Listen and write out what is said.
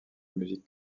musique